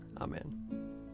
Amen